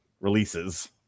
releases